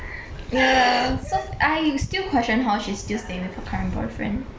yeah so I you still question her she still staying with her current boyfriend